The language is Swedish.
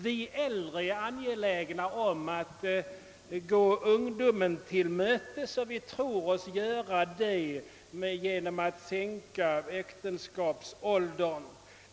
Vi äldre är angelägna om att gå ungdomen till mötes, och vi tror oss göra det genom att sänka äktenskapsåldern.